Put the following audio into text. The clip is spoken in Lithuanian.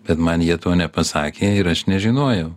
bet man jie to nepasakė ir aš nežinojau